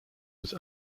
was